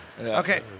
Okay